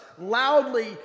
loudly